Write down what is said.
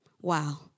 Wow